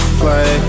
play